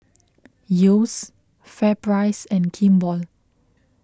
Yeo's FairPrice and Kimball